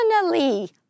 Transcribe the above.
personally